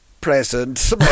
present